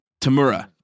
Tamura